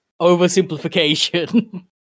oversimplification